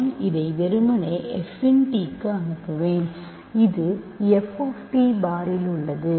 நான் அதை வெறுமனே f இன் t க்கு அனுப்புவேன் அது f ஆப் t பாரில் உள்ளது